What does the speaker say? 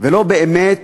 ולא באמת